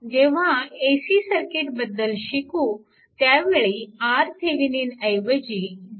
जेव्हा AC सर्किटबद्दल शिकू त्यावेळी RThevenin ऐवजी zTheveninअसेल